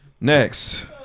Next